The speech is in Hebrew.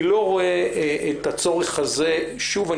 אני לא רואה את הצורך הזה ושוב,